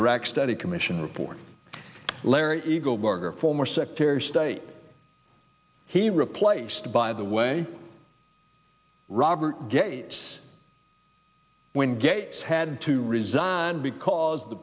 iraq study commission report larry eagleburger former secretary of state he replaced by the way robert gates when gates had to resign because the